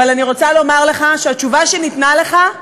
אבל אני רוצה לומר לך שהתשובה שניתנה לך,